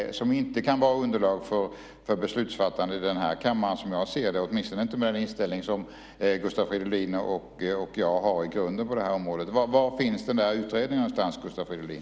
Den kan inte vara underlag för beslutsfattande i den här kammaren, som jag ser det, åtminstone inte med den inställning som Gustav Fridolin och jag har i grunden på området. Var finns den utredningen, Gustav Fridolin?